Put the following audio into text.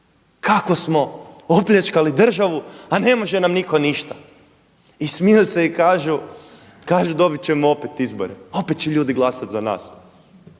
kako smo opljačkali državu a ne može nam nitko ništa. I smiju se i kažu dobit ćemo opet izbore, opet će ljudi glasat za nas.